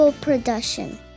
production